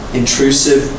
intrusive